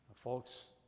Folks